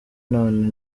none